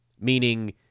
meaning